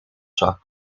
zak